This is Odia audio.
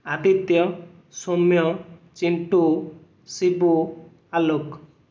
ଆଦିତ୍ୟ ସୋମ୍ୟ ଚିଣ୍ଟୁ ଶିବୁ ଆଲୋକ